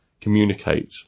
communicate